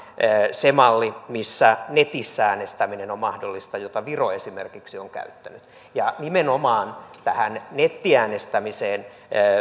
se malli missä netissä äänestäminen on mahdollista jota viro esimerkiksi on käyttänyt nimenomaan tähän nettiäänestämiseen